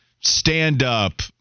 stand-up